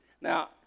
Now